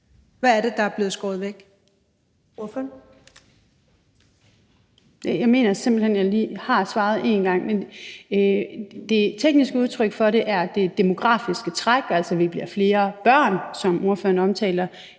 Ordføreren. Kl. 20:00 Pernille Skipper (EL): Jeg mener simpelt hen, at jeg lige har svaret én gang, men det tekniske udtryk for det er det demografiske træk, altså at vi bliver flere børn, sådan som ordføreren siger,